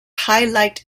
highlight